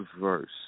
verse